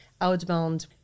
outbound